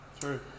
True